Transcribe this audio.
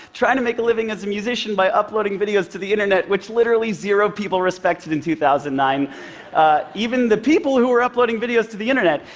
trying to make a living as a musician by uploading videos to the internet which literally zero people respected in two thousand and nine even the people who were uploading videos to the internet.